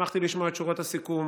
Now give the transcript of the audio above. שמחתי לשמוע את שורות הסיכום